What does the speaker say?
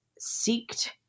seeked